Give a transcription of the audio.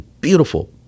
beautiful